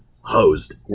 hosed